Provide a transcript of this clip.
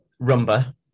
rumba